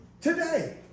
Today